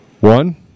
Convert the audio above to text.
One